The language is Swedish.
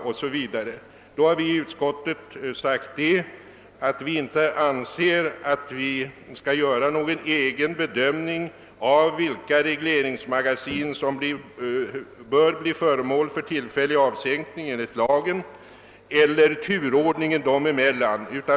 Utskottet har i anledning därav uttalat att det inte anser sig böra göra någon egen bedömning av vilka regleringsmagasin som bör bli föremål för tillfällig avsänkning enligt lagen eller turordningen dem emellan.